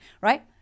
right